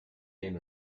name